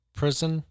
prison